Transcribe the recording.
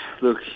look